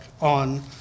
on